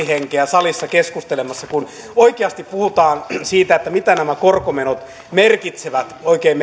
henkeä salissa keskustelemassa kun oikeasti puhutaan siitä mitä nämä korkomenot oikein